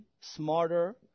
smarter